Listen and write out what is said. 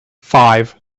five